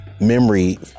memory